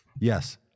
yes